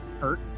hurt